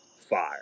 Fire